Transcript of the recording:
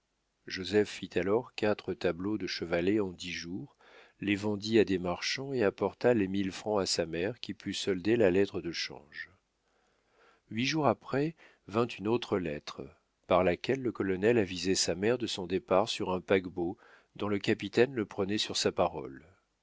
joseph fit alors quatre tableaux de chevalet en dix jours les vendit à des marchands et apporta les mille francs à sa mère qui put solder la lettre de change huit jours après vint une autre lettre par laquelle le colonel avisait sa mère de son départ sur un paquebot dont le capitaine le prenait sur sa parole